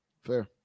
Fair